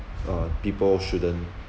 uh people shouldn't